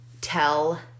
tell